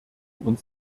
uns